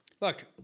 look